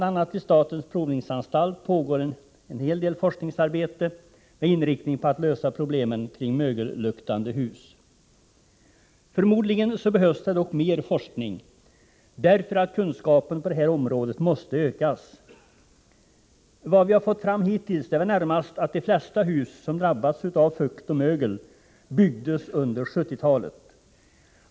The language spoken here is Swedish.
a. statens provningsanstalt bedriver en hel del forskningsarbete med inriktning på att lösa problemen kring mögelluktande hus. Förmodligen behövs det dock mer forskning. Kunskapen på det här området måste nämligen ökas. Vad vi hittills har fått fram är väl närmast att de flesta hus som drabbats av fuktoch mögelskador byggdes under 1970-talet.